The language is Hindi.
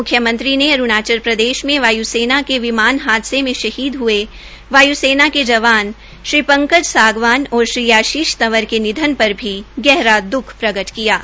म्ख्यमंत्री ने अरूणाचल प्रदेश में वाय् सेना के विमान हादसे में शहीद हये वाय् सेना के जवान श्री पंकज सागवान और श्री आशीष तंवर के निधन पर भी गहरा दुख प्रकट किया है